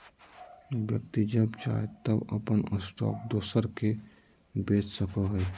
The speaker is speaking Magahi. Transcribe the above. व्यक्ति जब चाहे तब अपन स्टॉक दोसर के बेच सको हइ